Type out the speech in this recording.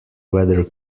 whether